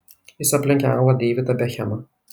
jis aplenkė anglą deividą bekhemą